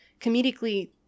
comedically